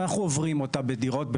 ואנחנו עוברים אותה בדירות,